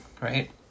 Right